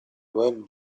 web